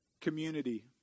community